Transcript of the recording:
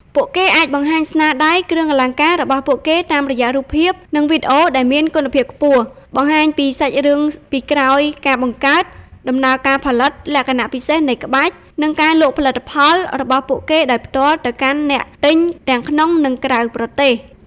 ពួកគេអាចបង្ហាញ ស្នាដៃ គ្រឿងអលង្ការរបស់ពួកគេតាមរយៈរូបភាព និងវីដេអូដែលមានគុណភាពខ្ពស់ បង្ហាញពី សាច់រឿងពីក្រោយការបង្កើត (ដំណើរការផលិត លក្ខណៈពិសេសនៃក្បាច់) និង លក់ផលិតផល របស់ពួកគេដោយផ្ទាល់ទៅកាន់អ្នកទិញទាំងក្នុង និងក្រៅប្រទេស។